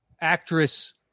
actress